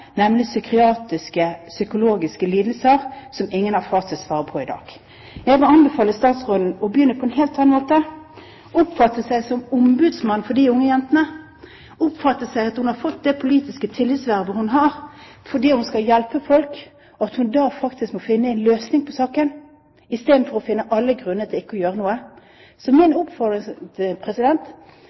nemlig psykiatriske/psykologiske lidelser som ingen har fasitsvaret på i dag. Jeg vil anbefale statsråden å begynne på en helt annen måte – oppfatte seg som ombudsmann for de unge jentene, oppfatte seg slik at hun har fått det politiske tillitsvervet hun har, fordi hun skal hjelpe folk, og at hun faktisk må finne en løsning i saken i stedet for å finne alle grunner til ikke å gjøre noe. Så min oppfordring